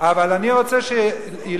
אבל אני רוצה שיכירו,